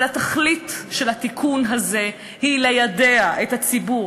אבל התכלית של התיקון הזה היא ליידע את הציבור,